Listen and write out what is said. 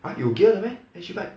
!huh! 有 gear 的 meh